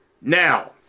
Now